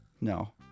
No